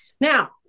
Now